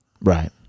Right